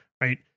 right